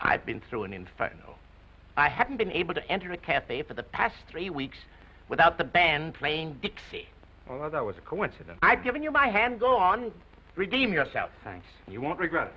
i've been through and in fact i haven't been able to enter the cafe for the past three weeks without the band playing dixie that was a coincidence i've given you my hand go on redeem yourself thank you won't regret